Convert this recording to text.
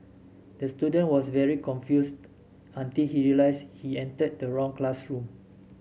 the student was very confused until he realised he entered the wrong classroom